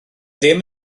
ddim